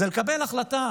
זה לקבל החלטה